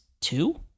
two